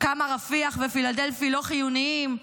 כמה רפיח ופילדלפי לא חיוניים,